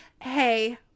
hey